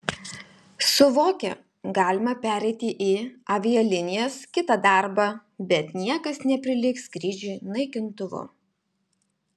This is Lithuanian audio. suvokia galima pereiti į avialinijas kitą darbą bet niekas neprilygs skrydžiui naikintuvu